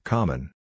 Common